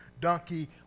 donkey